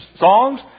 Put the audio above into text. songs